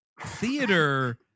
Theater